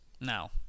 Now